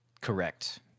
Correct